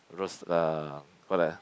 roast uh what ah